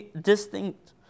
distinct